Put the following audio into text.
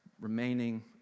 Remaining